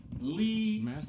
Lee